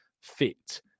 fit